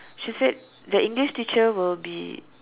she said the English teacher will be